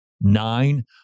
nine